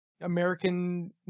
American